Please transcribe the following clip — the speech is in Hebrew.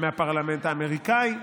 מהפרלמנט האמריקני,